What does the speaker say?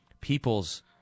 people's